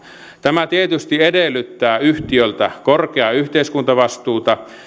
tämä tietysti edellyttää yhtiöltä korkeaa yhteiskuntavastuuta